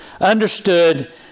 understood